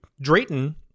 Drayton